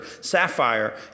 sapphire